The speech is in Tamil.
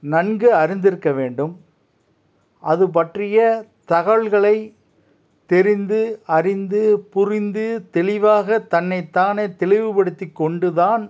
நன்கு அறிந்திருக்க வேண்டும் அது பற்றிய தகவல்களை தெரிந்து அறிந்து புரிந்து தெளிவாக தன்னை தானே தெளிவு படுத்திக்கொண்டு தான்